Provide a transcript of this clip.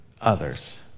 others